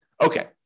Okay